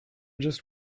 just